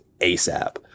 ASAP